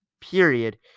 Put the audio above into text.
period